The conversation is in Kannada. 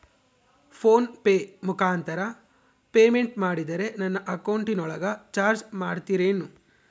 ಫೋನ್ ಪೆ ಮುಖಾಂತರ ಪೇಮೆಂಟ್ ಮಾಡಿದರೆ ನನ್ನ ಅಕೌಂಟಿನೊಳಗ ಚಾರ್ಜ್ ಮಾಡ್ತಿರೇನು?